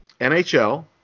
NHL